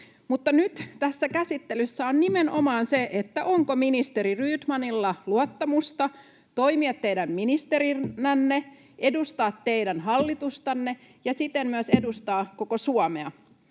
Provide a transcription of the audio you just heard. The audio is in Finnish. Mutta nyt tässä käsittelyssä on nimenomaan se, onko ministeri Rydmanilla luottamusta toimia teidän ministerinänne, edustaa teidän hallitustanne ja siten myös edustaa koko Suomea.